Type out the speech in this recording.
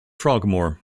frogmore